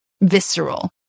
visceral